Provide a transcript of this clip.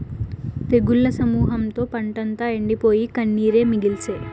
తెగుళ్ల సమూహంతో పంటంతా ఎండిపోయి, కన్నీరే మిగిల్సే